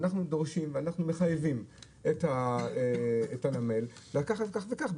אנחנו דורשים ואנחנו מחייבים את הנמל לקחת כך וכך,